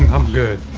um good.